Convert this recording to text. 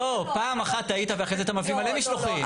פעם אחת טעית ואחרי זה אתה מביא מלא משלוחים.